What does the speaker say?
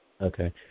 Okay